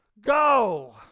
Go